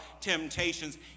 temptations